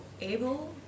able